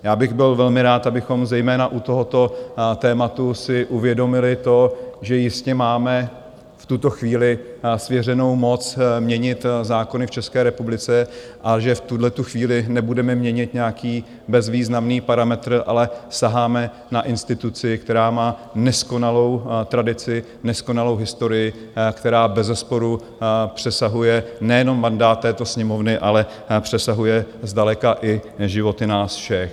Já bych byl velmi rád, abychom zejména u tohoto tématu si uvědomili to, že jistě máme v tuto chvíli svěřenou moc měnit zákony v České republice a že v tuhle chvíli nebudeme měnit nějaký bezvýznamný parametr, ale saháme na instituci, která má neskonalou tradici, neskonalou historii, která bezesporu přesahuje nejenom mandát této Sněmovny, ale přesahuje zdaleka i životy nás všech.